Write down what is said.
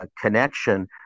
connection